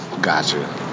Gotcha